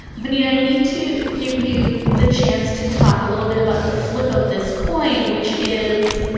vernita, i need to give you the chance to talk a little bit about the flip of this coin, which is,